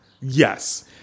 yes